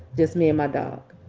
just me and my dog.